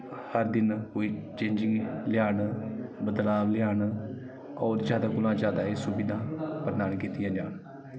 हर दिन कोई चेंजिंग लेआन बदलाव लेआन होर जादा कोला जादा एह् सुविधां प्रदान कीतियां जान